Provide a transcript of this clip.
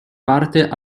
parte